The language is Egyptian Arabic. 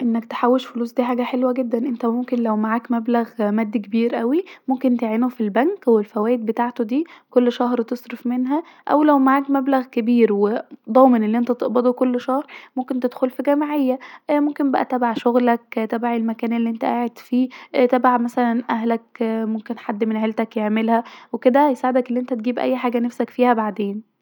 انك تحوش فلوس دي حاجه حلوه جدا انت ممكن لو معاك مبلغ مادي كبير اوي ممكن تعينه في البنك وممكن بالفوايد بتاعته ديه كل شهر تصرف منها أو لو معاك مبلغ كبير وضامن أن انت تقبضه كل شهر ممكن تدخل في جمعيه ممكن بقي تبع شغلك تبع المكان الي انت قاعد فيه تبع مثلا اهلك ممكن حد من عيلتك يعملها وكدا هيساعدك الي انت تجيب اي حاجه نفسك فيها بعدين